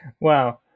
Wow